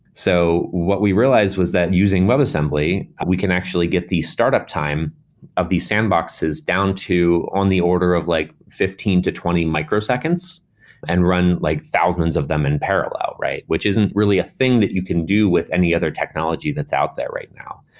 so what we realized was that using web assembly, we can actually get these startup time of these sandboxes down to on the order of like fifteen to twenty microseconds and run like thousands of them in parallel, which isn't really a thing that you can do with any other technology that's out there right now.